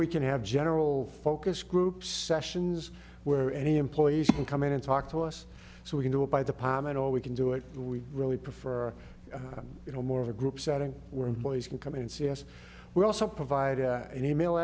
we can have general focus groups sessions where any employees will come in and talk to us so we can do it by the parliament or we can do it we really prefer you know more of a group setting where employees can come in and say yes we also provide an email